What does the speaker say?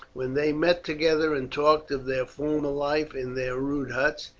when they met together and talked of their former life in their rude huts,